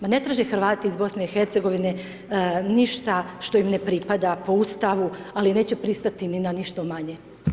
Ma ne traže Hrvati iz BiH ništa što im ne pripada po Ustavu, ali neće pristati ni na ništa manje.